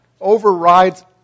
overrides